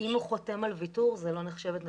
אם הוא חותם על ויתור זו לא נחשבת נטישה.